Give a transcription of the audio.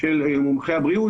של מומחי הבריאו,